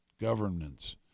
governance